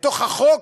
בחוק